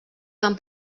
van